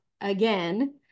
again